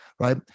right